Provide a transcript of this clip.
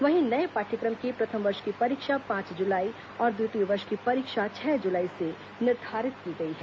वहीं नये पाठ्यक्रम की प्रथम वर्ष की परीक्षा पांच जुलाई और द्वितीय वर्ष की परीक्षा छह जुलाई से निर्धारित की गई है